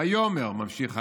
ויאמר ה'", ממשיך הנביא,